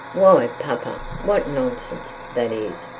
why, papa, what nonsense that is.